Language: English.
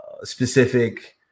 specific